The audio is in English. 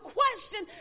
question